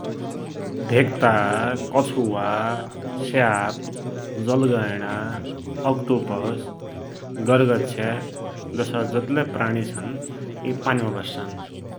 भेक्ता, कछुवा, स्याप, जलगैडा, अक्टोपस, गर्गछ्या जसा जतिलै प्राणि छन् इ पानीमा बस्सान ।